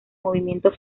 movimiento